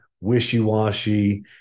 wishy-washy